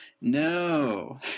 No